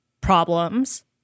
problems